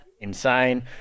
insane